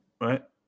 Right